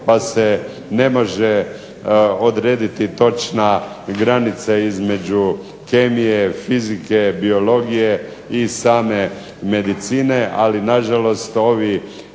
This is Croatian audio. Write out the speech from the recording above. pa se ne može odrediti točna granica između kemije, fizike, biologije i same medicine, ali nažalost ovi